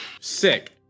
Sick